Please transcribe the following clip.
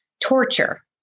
torture